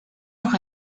noch